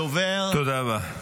תודה רבה.